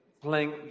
playing